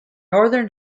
northern